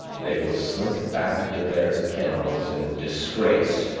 they will slink back to their kennels in disgrace,